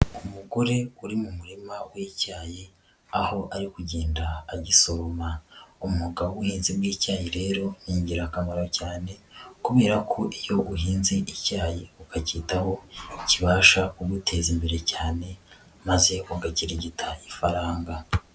Umugore uri mu murima w'icyayi aho ari kugenda agisoroma, umwuga w'ubuhinzi bw'icyayi rero ni ingirakamaro cyane kubera ko iyo uhinze icyayi ukakitaho kibasha kuguteza imbere cyane maze ugakirigita ifaranga.